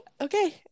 Okay